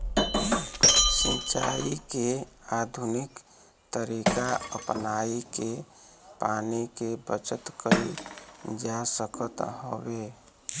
सिंचाई के आधुनिक तरीका अपनाई के पानी के बचत कईल जा सकत हवे